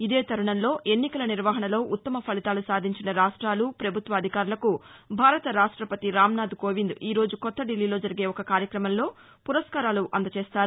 ఇదే తురుణంలో ఎన్నికల నిర్వహణలో ఉత్తమ ఫలితాలు సాధించిన రాష్టాలు ప్రభుత్వ అధికారులకు భారత రాష్టపతి రాంనాధ్ కోవింద్ ఈరోజు కొత్త దిల్లీలో జరిగే ఒక కార్యక్రమంలో పురస్కారాలు అంద చేస్తారు